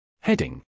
Heading